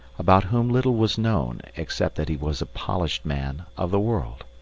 about whom little was known, except that he was a polished man of the world.